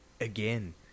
Again